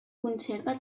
conserva